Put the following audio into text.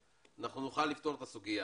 והאנשים לא מצליחים להחזיק את עצמם